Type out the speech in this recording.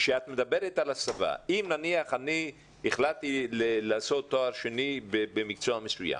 אם נניח החלטתי לעשות תואר שני במקצוע מסוים,